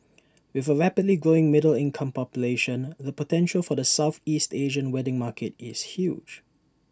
with A rapidly growing middle income population the potential for the Southeast Asian wedding market is huge